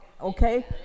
okay